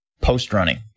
post-running